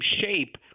shape